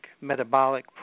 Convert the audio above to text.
metabolic